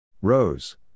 Rose